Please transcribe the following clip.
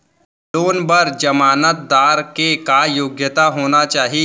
Loan बर जमानतदार के का योग्यता होना चाही?